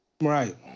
Right